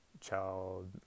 child